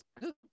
good